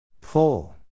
Pull